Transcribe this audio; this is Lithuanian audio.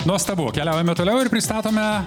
nuostabu keliaujame toliau ir pristatome